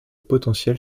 potentiel